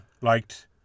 liked